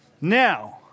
Now